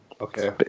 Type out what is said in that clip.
Okay